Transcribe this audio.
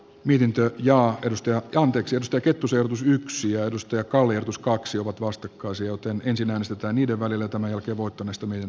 mihin työt ja ajatustyö on pixystä kettusen alkusyksyä edustaja colin tuskaksi ovat vasta kansi jota en sinänsä tai niiden välillä tämän jälkeen voiton estäminen